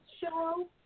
show